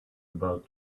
about